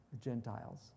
Gentiles